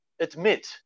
admit